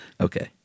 Okay